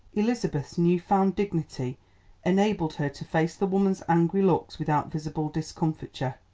elizabeth's new-found dignity enabled her to face the woman's angry looks without visible discomfiture.